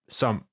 som